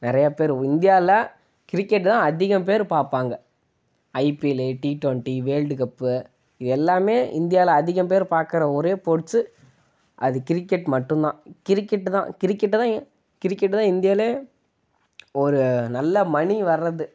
நிறைய பேர் இந்தியாவில் கிரிக்கெட்தான் அதிகம் பேர் பார்ப்பாங்க IPL T twenty world cup இது எல்லாமே இந்தியாவில் அதிகம் பேர் பார்க்குற ஒரே போர்ட்ஸ்ஸு அது கிரிக்கெட் மட்டும்தான் கிரிக்கெட்டுதான் கிரிக்கெட்டைதான் கிரிக்கெட்டுதான் இந்தியாவிலே ஒரு நல்ல மணி வர்றது